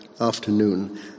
afternoon